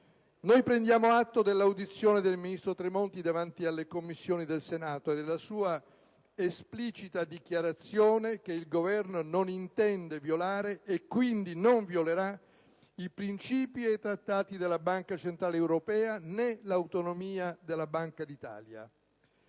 prendiamo atto dell'audizione del ministro Tremonti davanti alle Commissioni del Senato e della sua esplicita dichiarazione che il Governo non intende violare, e quindi non violerà, i principi e i trattati della Banca centrale europea né l'autonomia della Banca d'Italia.